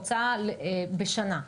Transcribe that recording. ההוצאה בשנה.